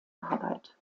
arbeit